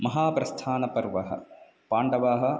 महाप्रस्थानपर्व पाण्डवाः